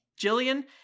Jillian